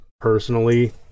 Personally